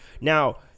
Now